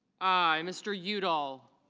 i. mr. udall